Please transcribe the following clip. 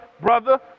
brother